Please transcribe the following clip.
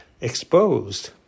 exposed